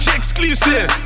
exclusive